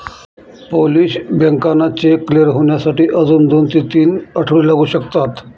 Polish बँकांना cheque clear होण्यासाठी अजून दोन ते तीन आठवडे लागू शकतात